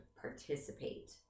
participate